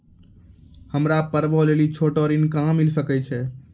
हमरा पर्वो लेली छोटो ऋण कहां मिली सकै छै?